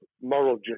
moral